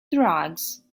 drugs